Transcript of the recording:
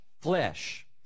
flesh